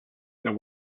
their